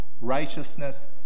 righteousness